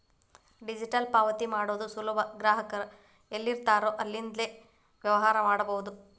digital ಪಾವತಿ ಮಾಡೋದು ಸುಲಭ ಗ್ರಾಹಕ ಎಲ್ಲಿರ್ತಾನೋ ಅಲ್ಲಿಂದ್ಲೇ ವ್ಯವಹಾರ ಮಾಡಬೋದು